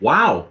Wow